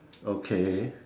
okay